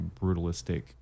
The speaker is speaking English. brutalistic